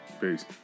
Peace